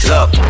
Look